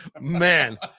man